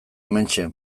hementxe